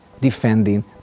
defending